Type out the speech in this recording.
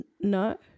No